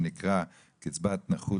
שנקרא קצבת נכות